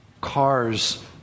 Cars